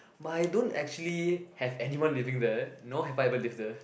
but I don't actually have anyone living there nor have I ever lived there